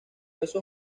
esos